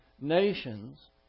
nations